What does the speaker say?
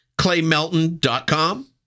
claymelton.com